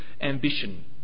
Ambition